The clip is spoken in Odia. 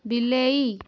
ବିଲେଇ